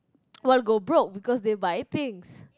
well go broke because they buy things